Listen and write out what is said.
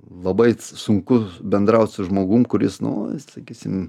labai sunku bendraut su žmogumi kuris nu sakysim